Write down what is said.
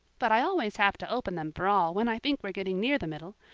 but i always have to open them for all when i think we're getting near the middle.